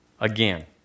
again